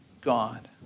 God